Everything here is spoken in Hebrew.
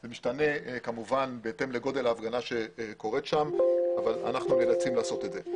זה כמובן משתנה בהתאם לגודל ההפגנה במקום אבל אנחנו נאלצים לעשות את זה.